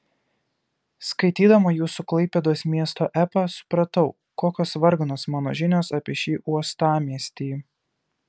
skaitydama jūsų klaipėdos miesto epą supratau kokios varganos mano žinios apie šį uostamiestį